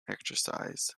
exercise